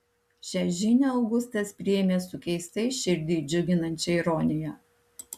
šią žinią augustas priėmė su keistai širdį džiuginančia ironija